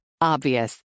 Obvious